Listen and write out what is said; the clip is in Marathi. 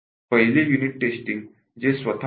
पहिले युनिट टेस्टिंग जे स्वतः